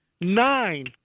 Nine